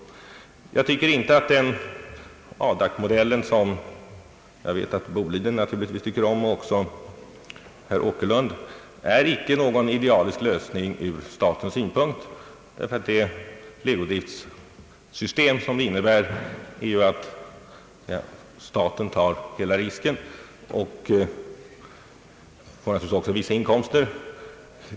Jag tycker inte att Adak-modellen, som naturligtvis både Bolidenbolaget och herr Åkerlund föredrar, är någon idealisk lösning ur statens synpunkt eftersom legodriftssystemet innebär att staten tar hela risken även om staten också får vissa inkomster.